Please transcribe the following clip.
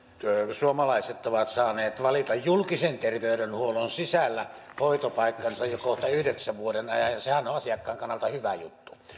suomalaiset ovat saaneet valita julkisen terveydenhuollon sisällä hoitopaikkansa jo kohta yhdeksän vuoden ajan ja sehän on asiakkaan kannalta hyvä juttu